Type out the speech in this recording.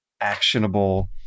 actionable